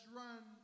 run